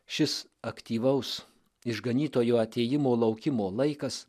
šis aktyvaus išganytojo atėjimo laukimo laikas